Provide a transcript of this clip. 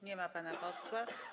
Nie ma pana posła.